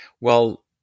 Well-